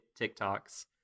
tiktoks